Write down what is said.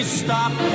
stop